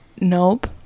nope